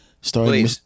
Starting